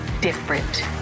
different